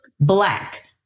black